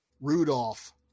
Rudolph